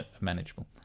manageable